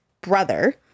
brother